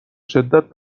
شدت